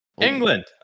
england